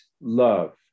love